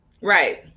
Right